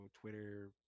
Twitter